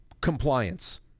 compliance